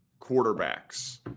quarterbacks